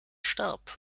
starb